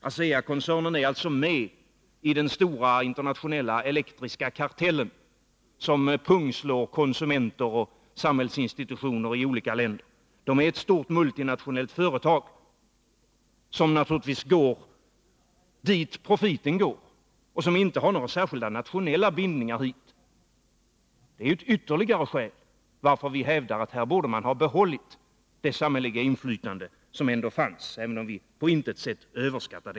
ASEA-koncernen är med i den stora internationella kartell på elenergiområdet som pungslår konsumenter och samhällsinstitutioner i olika länder. Det är ett stort multinationellt företag som naturligtvis går dit profiten går och som inte har några särskilda nationella bindningar hit. Det är ett ytterligare skäl till att vi hävdar att vi borde ha behållit det samhälleliga inflytande som ändå fanns, även om det på intet sätt skall överskattas.